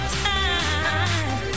time